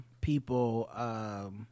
people